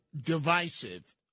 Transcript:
divisive